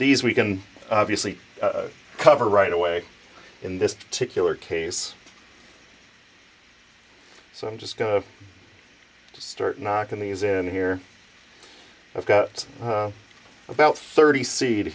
these we can obviously cover right away in this particular case so i'm just going to start knocking these in here i've got about thirty seed